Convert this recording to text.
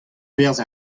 perzh